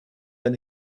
and